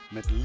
Met